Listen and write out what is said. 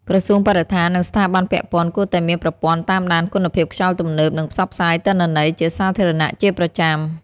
ក្រសួងបរិស្ថាន និងស្ថាប័នពាក់ព័ន្ធគួរតែមានប្រព័ន្ធតាមដានគុណភាពខ្យល់ទំនើប និងផ្សព្វផ្សាយទិន្នន័យជាសាធារណៈជាប្រចាំ។